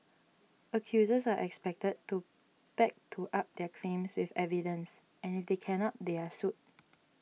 accusers are expected to back to up their claims with evidence and if they cannot they are sued